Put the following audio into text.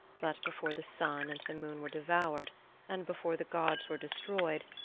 but before the sun and the moon were devoured and before the gods were destroyed,